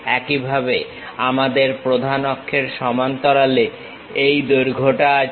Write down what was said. একইভাবে আমাদের প্রধান অক্ষের সমান্তরালে এই দৈর্ঘ্যটা আছে